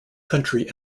country